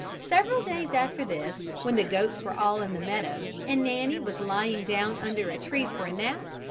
several days after this when the goats were all in the meadow, and nanny was lying down under a tree for a nap,